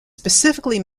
specifically